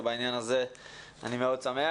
ובעניין הזה אני מאוד שמח.